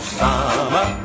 summer